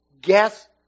Guess